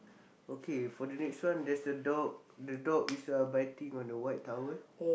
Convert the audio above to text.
okay for the next one there's a dog the dog is uh biting on the white towel